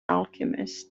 alchemist